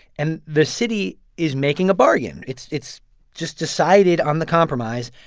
and the city is making a bargain. it's it's just decided on the compromise,